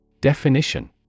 Definition